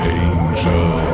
angel